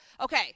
Okay